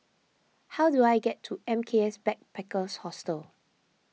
how do I get to M K S Backpackers Hostel